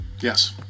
Yes